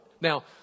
Now